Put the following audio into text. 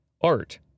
Art